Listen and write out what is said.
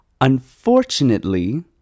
Unfortunately